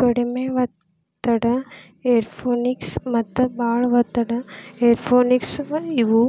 ಕಡಿಮೆ ಒತ್ತಡ ಏರೋಪೋನಿಕ್ಸ ಮತ್ತ ಬಾಳ ಒತ್ತಡ ಏರೋಪೋನಿಕ್ಸ ಇವು